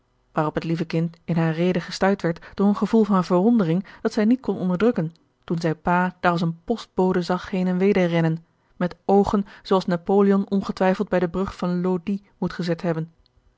waarop het lieve kind in hare rede gestuit werd door een gevoel van verwondering dat zij niet kon onderdrukken toen zij pa daar als een postbode zag heen en weder rennen met oogen zoo als napoleon ongetwijfeld bij den brug van lodi moet gezet hebben